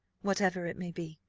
whatever it may be.